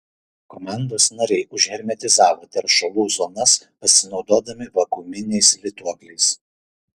komandos nariai užhermetizavo teršalų zonas pasinaudodami vakuuminiais lituokliais